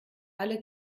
alle